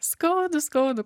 skaudų skaudų